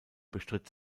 bestritt